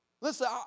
Listen